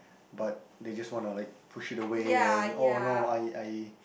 but they just want to like push it away and oh no I I